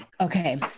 Okay